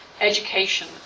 education